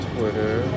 Twitter